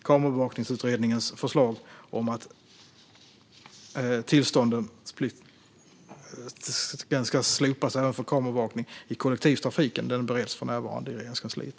Kamerabevakningsutredningens förslag om att tillståndsplikten ska slopas även för kamerabevakning i kollektivtrafiken bereds för närvarande i Regeringskansliet.